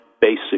basic